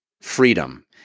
freedom